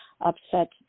upset